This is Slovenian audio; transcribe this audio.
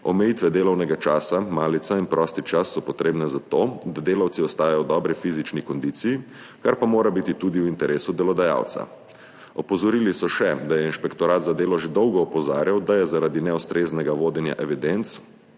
Omejitve delovnega časa, malica in prosti čas so potrebni za to, da delavci ostajajo v dobri fizični kondiciji, kar pa mora biti tudi v interesu delodajalca. Opozorili so še, da je Inšpektorat za delo že dolgo opozarjal, da je zaradi neustreznega vodenja evidenc